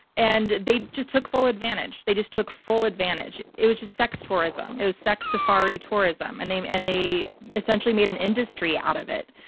and they just took full advantage. they just took full advantage. it was just sex tourism. it was sex safari tourism. and they and they essentially made an industry out of it.